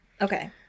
okay